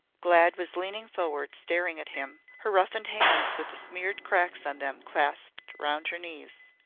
glad was leaning forward staring at him, her roughened hands with the smeared cracks on them clasped round her knees.